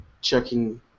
checking